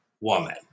woman